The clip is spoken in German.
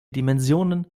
dimensionen